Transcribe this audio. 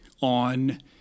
on